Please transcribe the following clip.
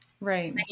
Right